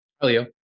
Hello